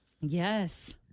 yes